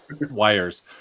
wires